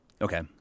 Okay